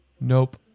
Nope